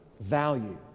value